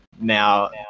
now